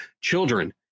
children